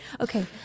Okay